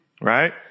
right